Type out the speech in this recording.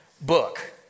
book